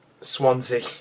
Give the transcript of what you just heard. Swansea